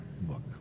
book